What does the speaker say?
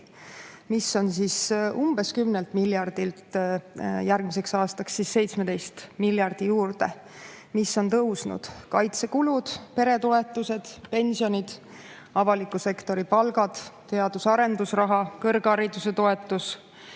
mis on umbes 10 miljardilt järgmiseks aastaks 17 miljardini. On tõusnud kaitsekulud, peretoetused, pensionid, avaliku sektori palgad, teadus- ja arendusraha, kõrghariduse toetus